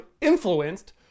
influenced